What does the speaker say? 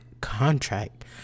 contract